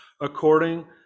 according